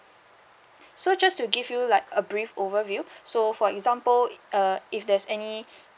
so just to give you like a brief overview so for example uh if there's any